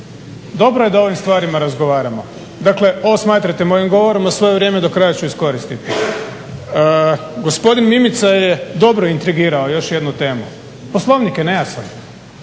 dobro je da o ovim stvarima razgovaramo. Dakle ovo smatrajte mojim govorom, a svoje vrijeme do kraja ću iskoristiti. Gospodin Mimica je dobro intrigirao još jednu temu, Poslovnik je nejasan,